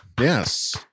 yes